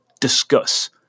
discuss